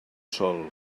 sol